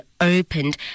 opened